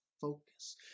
focus